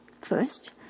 First